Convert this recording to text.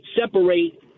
separate